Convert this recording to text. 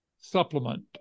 supplement